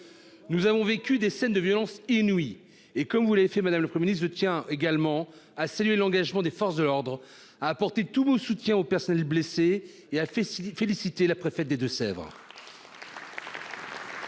nous avons vécu des scènes de violence inouïe et comme vous l'avez fait madame le communiste tiens également à saluer l'engagement des forces de l'ordre à apporter tout le soutien aux personnels blessés et a fait six féliciter la préfète des Deux-Sèvres.